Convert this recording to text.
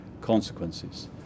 consequences